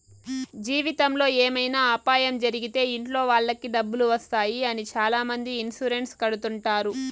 జీవితంలో ఏమైనా అపాయం జరిగితే ఇంట్లో వాళ్ళకి డబ్బులు వస్తాయి అని చాలామంది ఇన్సూరెన్స్ కడుతుంటారు